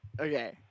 Okay